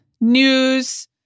news